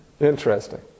Interesting